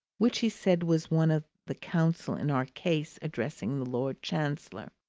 which he said was one of the counsel in our case addressing the lord chancellor.